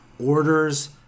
orders